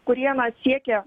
kurie na siekia